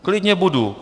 Klidně budu.